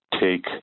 take